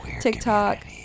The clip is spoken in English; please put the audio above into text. tiktok